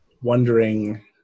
wondering